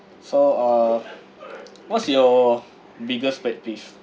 so uh what's your biggest pet peeve